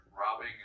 robbing